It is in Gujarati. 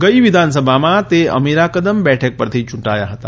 ગઇ વિધાનસભામાં તે અમીરાકદમ બેઠક પરથી યુંવાથા હતા